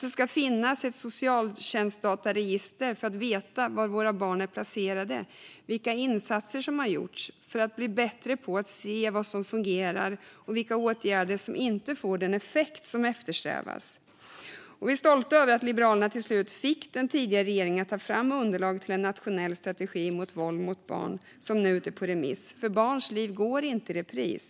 Det ska finnas ett socialtjänstdataregister för att man ska veta var barn är placerade och vilka insatser som gjorts för att man ska bli bättre på att se vad som fungerar och vilka åtgärder som inte får den effekt som eftersträvas. Liberalerna är stolta över att till slut ha fått den tidigare regeringen att ta fram underlag till en nationell strategi mot våld mot barn. Den är nu ute på remiss. Barns liv går inte i repris.